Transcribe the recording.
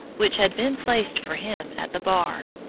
which had been placed for him at the bar.